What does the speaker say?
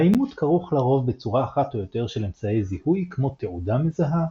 האימות כרוך לרוב בצורה אחת או יותר של אמצעי זיהוי כמו תעודה מזהה,